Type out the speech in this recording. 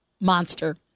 Monster